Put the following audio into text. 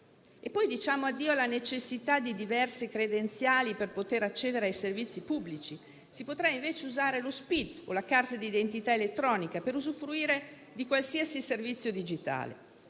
Poi diciamo addio alla necessità di diverse credenziali per accedere ai servizi pubblici. Si potrà usare lo SPID o la carta d'identità elettronica per usufruire di qualsiasi servizio digitale.